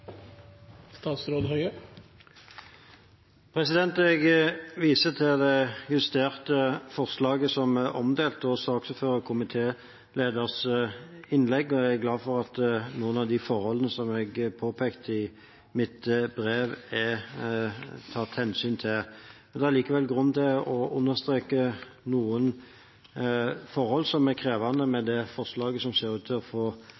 omdelt, og til saksordføreren/komitélederens innlegg, og jeg er glad for at noen av de forholdene som jeg påpekte i mitt brev, er tatt hensyn til. Det er likevel grunn til å understreke noen forhold som er krevende med det forslaget som ser ut til å få